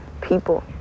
people